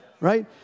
right